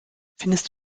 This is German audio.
findest